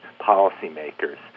policymakers